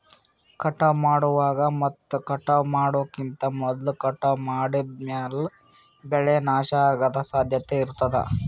ಕಟಾವ್ ಮಾಡುವಾಗ್ ಮತ್ ಕಟಾವ್ ಮಾಡೋಕಿಂತ್ ಮೊದ್ಲ ಕಟಾವ್ ಮಾಡಿದ್ಮ್ಯಾಲ್ ಬೆಳೆ ನಾಶ ಅಗದ್ ಸಾಧ್ಯತೆ ಇರತಾದ್